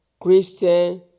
Christian